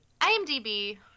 imdb